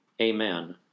amen